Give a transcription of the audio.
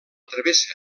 travessa